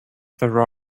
there